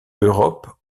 europe